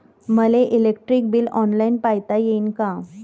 मले electric bill online पायता येईन का?